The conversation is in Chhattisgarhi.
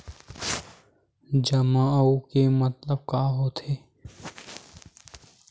जमा आऊ के मतलब का होथे?